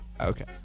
Okay